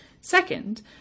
Second